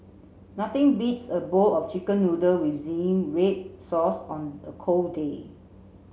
nothing beats a bowl of chicken noodle with red sauce on a cold day